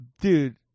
Dude